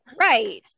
Right